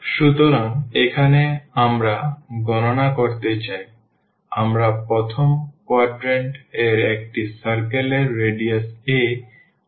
সুতরাং এখন আমরা গণনা করতে চাই আমরা প্রথম quadrant এর একটি circle এর radius a গণনা দিয়ে শুরু করতে চাই